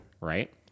right